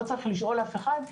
לא צריך לשאול אף אחד.